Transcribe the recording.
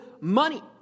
money